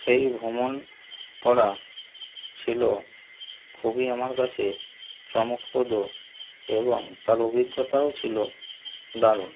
সেই ভ্রমণ করা ছিল খুবই আমার কাছে চমকপ্রদ এবং তার অভিজ্ঞতাও ছিল দারুণ